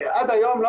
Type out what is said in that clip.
ואתה לא עדיף,